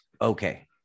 Okay